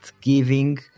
giving